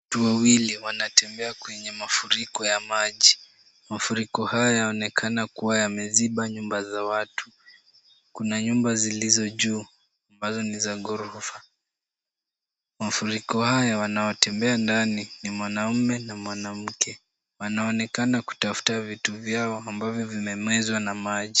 Watu wawili wanatembea kwenye mafuriko ya maji. Mafuriko haya yaonekana kuwa yameziba nyumba za watu. Kuna nyumba zilizo juu ambazo ni za ghorofa. Mafuriko haya wanaotembea ndani ni mwanamume na mwanamke, wanaonekana kutafuta vitu vyao ambavyo vimemezwa na maji.